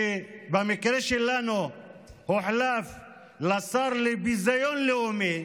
שבמקרה שלנו הוחלף לשר לביזיון לאומי